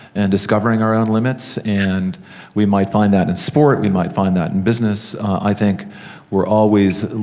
and discovering our own limits, and we might find that in sport, we might find that in business. i think we're always,